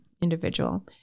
individual